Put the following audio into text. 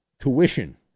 tuition